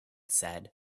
said